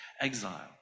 exile